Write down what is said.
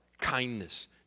kindness